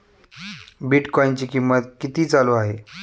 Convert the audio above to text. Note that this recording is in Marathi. बिटकॉइनचे कीमत किती चालू आहे